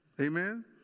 Amen